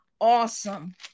awesome